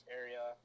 area